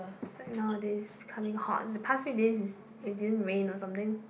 say nowadays becoming hot and the past few days is it didn't rain or something